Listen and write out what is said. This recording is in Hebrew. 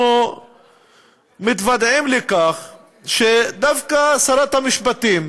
אנחנו מתוודעים לכך שדווקא שרת המשפטים